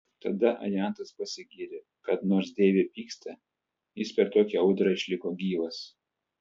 tada ajantas pasigyrė kad nors deivė pyksta jis per tokią audrą išliko gyvas